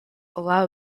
allow